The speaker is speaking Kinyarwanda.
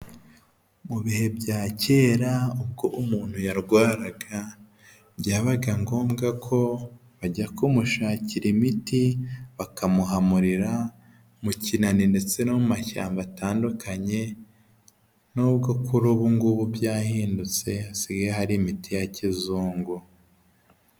Mu bihe bya kera ubwo umuntu yarwaraga byabaga ngombwa ko bajya kumushakira imiti bakamuhamurira mu kinani ndetse no mu mashyamba atandukanye nubwo kuri ubu ngubu byahindutse hasigaye hari imiti ya kizungu.